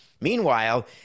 Meanwhile